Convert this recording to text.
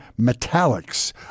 Metallics